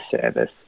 service